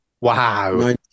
Wow